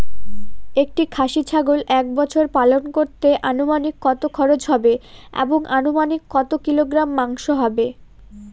একটি খাসি ছাগল এক বছর পালন করতে অনুমানিক কত খরচ হবে এবং অনুমানিক কত কিলোগ্রাম মাংস হবে?